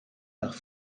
nach